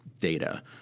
data